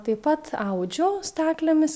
taip pat audžiu staklėmis